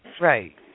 right